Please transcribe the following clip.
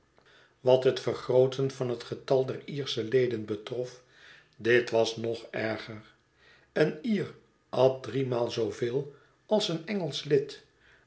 wat het vergrooten van het getal der iersche leden betrof dit was nog erger een ier at driemaal zooveel als een engelsch lid